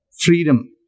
freedom